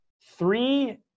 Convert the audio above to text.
Three